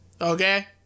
Okay